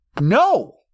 No